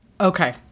Okay